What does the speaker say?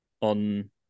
on